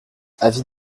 avis